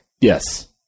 Yes